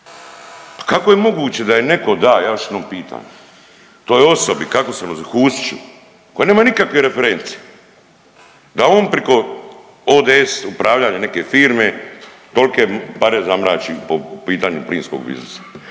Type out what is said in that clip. kako je moguće da je netko dao, ja još jednom pitam toj osobi, kako se ono zove Husić koji nema nikakvih referenci da on priko ODS upravljanje neke firme tolike pare zamrači po pitanju plinskog biznisa.